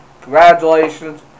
congratulations